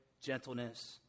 gentleness